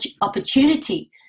opportunity